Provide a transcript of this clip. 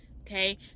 okay